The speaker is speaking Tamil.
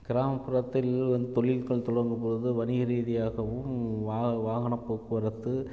கிராமப்புறத்தில் வந்து தொழில்கள் தொடங்கும்பொழுது வணிக ரீதியாகவும் வா வாகன போக்குவரத்து